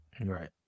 Right